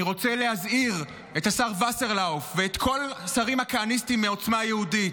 אני רוצה להזהיר את השר וסרלאוף ואת כל השרים הכהניסטים מעוצמה היהודית: